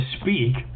speak